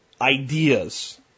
ideas